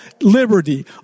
Liberty